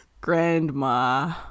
Grandma